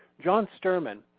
john sterman,